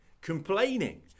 complaining